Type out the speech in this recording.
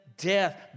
Death